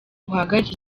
buhagarike